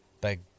Big